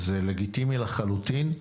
זה לגיטימי לחלוטין,